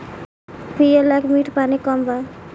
पिए लायक मीठ पानी कम बा